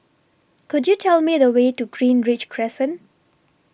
Could YOU Tell Me The Way to Greenridge Crescent